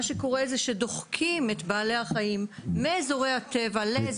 מה שקורה זה שדוחקים את בעלי החיים מאזורי הקבע לאזורי המגורים.